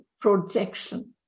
projection